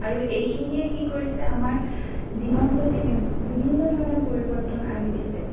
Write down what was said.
আৰু এইখিনিয়েই কি কৰিছে আমাৰ জীৱনশৈলী বি বিভিন্ন ধৰণে পৰিৱৰ্তন আনি দিছে